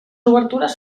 obertures